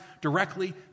directly